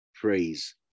praise